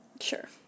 sure